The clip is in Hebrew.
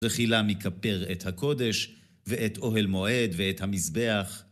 וחילה מיכפר את הקודש ואת אוהל מועד ואת המזבח.